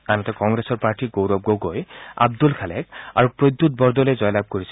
আনহাতে কংগ্ৰেছৰ প্ৰাৰ্থী গৌৰৱ গগৈ আব্দুল খালেক আৰু প্ৰদ্যুৎ বৰদলৈয়ে জয়লাভ কৰিছে